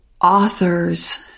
authors